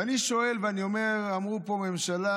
ואני שואל ואני אומר: אמרו פה שהממשלה,